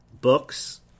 books